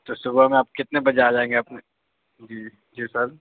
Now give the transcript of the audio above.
تو صُبح میں آپ کتنے بجے آجائیں گے اپنے جی جی سر